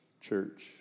church